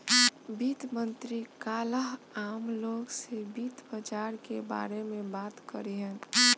वित्त मंत्री काल्ह आम लोग से वित्त बाजार के बारे में बात करिहन